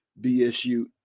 BSU